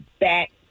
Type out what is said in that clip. back